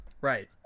Right